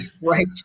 Right